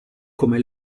come